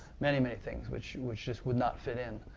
many, many things which which just would not fit in,